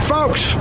Folks